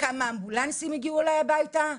כמה אמבולנסים הגיעו אליי הביתה.